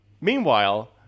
Meanwhile